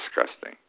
disgusting